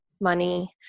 money